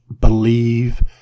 believe